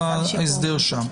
כל ההסדר שם.